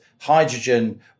Hydrogen